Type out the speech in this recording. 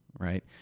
Right